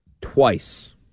twice